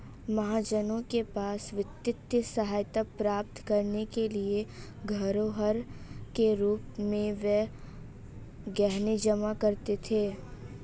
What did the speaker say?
महाजनों के पास वित्तीय सहायता प्राप्त करने के लिए धरोहर के रूप में वे गहने जमा करते थे